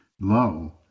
low